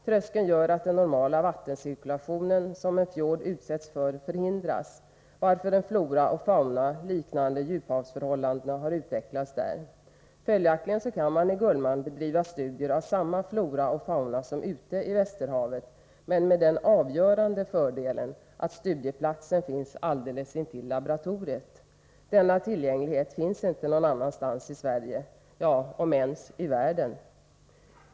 Tröskeln gör att den normala vattencirkulation som en fjord utsätts för förhindras, varför en flora och fauna liknande djuphavsförhållanden har utvecklats där. Följaktligen kan man i Gullmarn bedriva studier av samma flora och fauna som ute i Västerhavet, men med den avgörande fördelen att studieplatsen finns alldeles intill laboratoriet. Denna tillgänglighet finns inte någon annanstans i Sverige — om ens i världen.